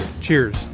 cheers